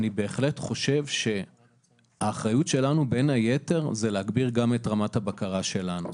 אני בהחלט חושב שהאחריות שלנו בין היתר זה להגביר גם את רמת הבקרה שלנו.